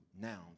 nouns